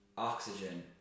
Oxygen